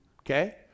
Okay